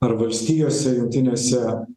ar valstijose jungtinėse